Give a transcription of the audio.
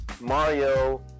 Mario